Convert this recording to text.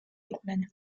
იყვნენ